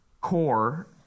core